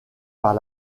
par